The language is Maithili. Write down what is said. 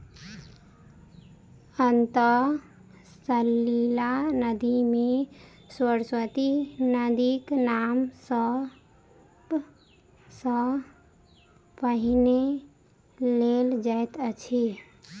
अंतः सलिला नदी मे सरस्वती नदीक नाम सब सॅ पहिने लेल जाइत अछि